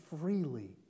freely